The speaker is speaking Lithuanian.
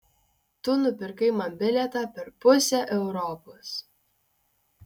tu nupirkai man bilietą per pusę europos